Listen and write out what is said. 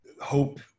hope